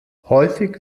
häufig